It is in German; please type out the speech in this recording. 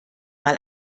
mal